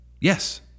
yes